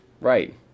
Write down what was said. Right